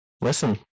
Listen